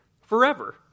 Forever